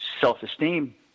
self-esteem